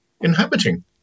inhabiting